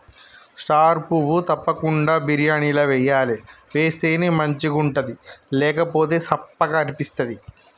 star పువ్వు తప్పకుండ బిర్యానీల వేయాలి వేస్తేనే మంచిగుంటది లేకపోతె సప్పగ అనిపిస్తది